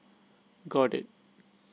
got it